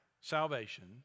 salvation